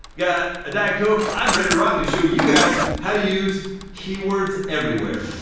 got a diet coke. i'm ready to rock and show you guys how to use keywords everywhere.